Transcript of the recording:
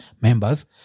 members